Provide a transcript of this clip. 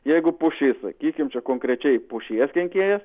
jeigu pušiai sakykim čia konkrečiai pušies kenkėjas